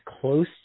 close